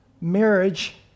Marriage